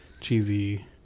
cheesy